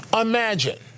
Imagine